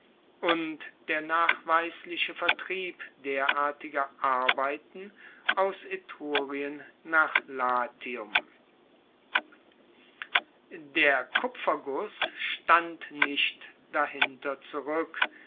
und der nachweisliche vertrieb derartiger arbeiten aus etrurien nach latium der kupferguss stand nicht dahinter zurueck